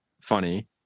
funny